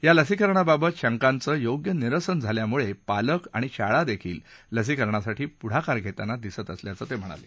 या लसीकरणाबाबत शंकांचं योग्य निरसन झाल्यामुळे पालक आणि शाळा देखील लसीकरणासाठी पुढाकार घेताना दिसत आहे असं ते म्हणाले